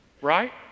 Right